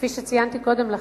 כפי שציינתי קודם לכן,